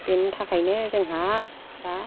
बेनि थाखायनो जोंहा दा